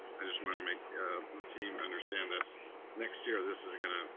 i just want to make the team understand that next year this is gonna,